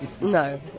no